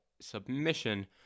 submission